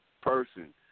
person